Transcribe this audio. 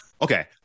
Okay